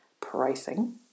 pricing